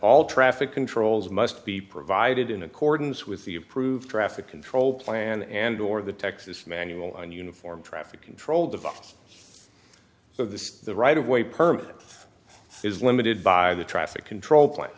all traffic controls must be provided in accordance with the approved traffic control plan and or the texas manual on uniform traffic control devices so this is the right of way permit is limited by the traffic control plan